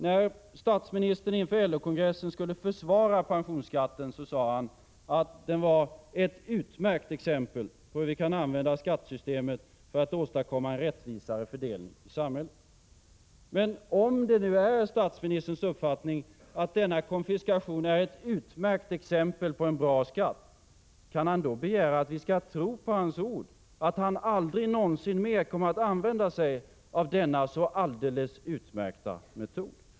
När statsministern inför LO-kongressen skulle försvara pensionsskatten sade han att den var ”ett utmärkt exempel på hur vi kan använda skattesystemet för att åstadkomma en rättvisare fördelning i samhället”. Men om det nu är statsministerns uppfattning att denna konfiskation är ”ett utmärkt exempel” på en bra skatt, kan han då begära att vi skall tro på hans ord, att han aldrig någonsin mer kommer att använda sig av denna så alldeles utmärkta metod?